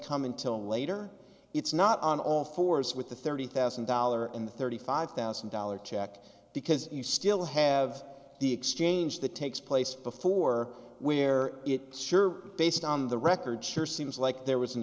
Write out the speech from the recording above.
come until later it's not on all fours with the thirty thousand dollar and the thirty five thousand dollars check because you still have the exchange the takes place before where it sure based on the record sure seems like there was an